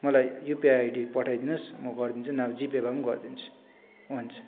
मलाई UPI ID पठाइदिनु होस् म गरिदिन्छु नि अब जी पे भए नि गरिदिन्छु हुन्छ